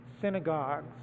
synagogues